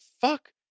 fuck